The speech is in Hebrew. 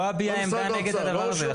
לא אביע עמדה נגד הדבר הזה.